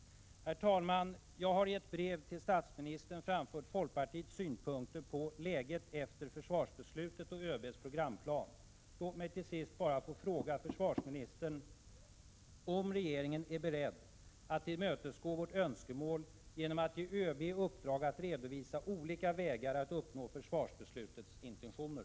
Herr talman! Jag har i ett brev till statsministern framfört folkpartiets synpunkter på läget efter försvarsbeslutet och ÖB:s programplan. Låt mig till sist bara få fråga försvarsministern om regeringen är beredd att tillmötesgå vårt önskemål genom att ge ÖB i uppdrag att redovisa olika vägar att uppnå försvarsbeslutets intentioner.